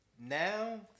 Now